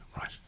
right